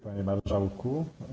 Panie Marszałku!